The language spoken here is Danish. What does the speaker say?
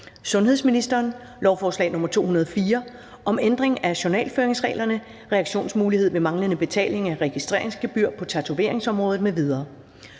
andre love (Ændring af journalføringsreglerne, reaktionsmulighed ved manglende betaling af registreringsgebyr på tatoveringsområdet, supplerende